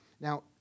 Now